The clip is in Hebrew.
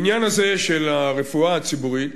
העניין הזה של הרפואה הציבורית